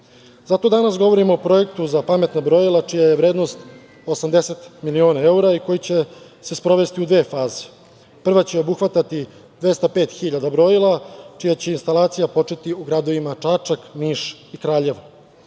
danas govorimo o projektu za pametna brojila čija je vrednost 80 miliona eura i koji će se sprovesti u dve faze. Prva će obuhvatati 205 hiljada brojila čija će instalacija početi u gradovima Čačak, Niš i Kraljevo.